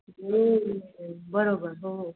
ओ बरोबर हो